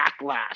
backlash